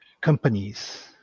companies